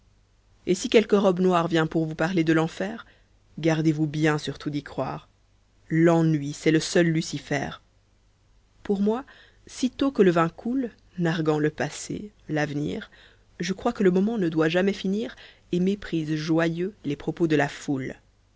et si quelque robe noire vient pour vous parler de l'enfer gardez-vous bien surtout d'y croire l'ennui c'est le seul lucifer pour moi sitôt que le vin coule narguant le passé l'avenir je crois que le moment ne doit jamais finir et méprise joyeux les propos de la foule